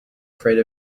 afraid